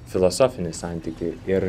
filosofinį santykį ir